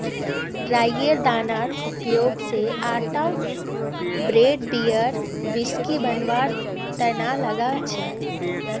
राईयेर दानार उपयोग स आटा ब्रेड बियर व्हिस्की बनवार तना लगा छेक